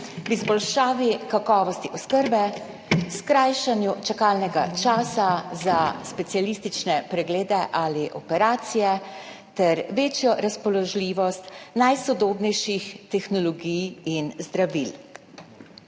izboljšavi kakovosti oskrbe, skrajšanje čakalnega časa za specialistične preglede ali operacije ter večjo razpoložljivost najsodobnejših tehnologij in zdravil.